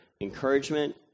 encouragement